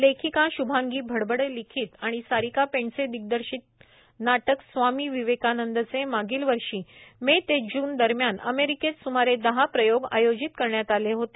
लेखिका शुभांगी भाभापे लिखित आणि सारिका पें से दिग्दर्शित नाटक स्वामी विवेकानंद चे मागील वर्षी मे ते जून मध्ये अमेरिकेत सुमारे दहा प्रयोग आयोजित करण्यात आले होते